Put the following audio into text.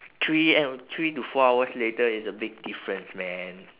three hour three to four hours later is a big difference man